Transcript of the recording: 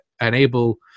enable